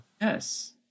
Yes